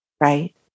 right